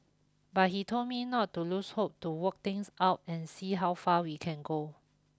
but he told me not to lose hope to work things out and see how far we can go